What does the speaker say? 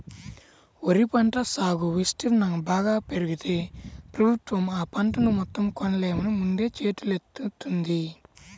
వరి పంట సాగు విస్తీర్ణం బాగా పెరిగితే ప్రభుత్వం ఆ పంటను మొత్తం కొనలేమని ముందే చేతులెత్తేత్తంది